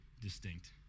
distinct